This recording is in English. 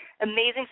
Amazing